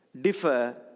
differ